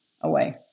away